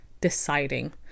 deciding